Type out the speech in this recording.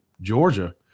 Georgia